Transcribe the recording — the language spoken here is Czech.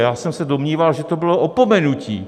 Já jsem se domníval, že to bylo opomenutí.